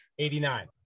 89